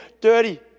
dirty